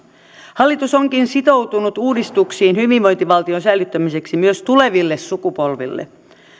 hallitus onkin sitoutunut uudistuksiin hyvinvointivaltion säilyttämiseksi myös tuleville sukupolville